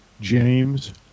James